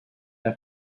der